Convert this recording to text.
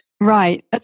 Right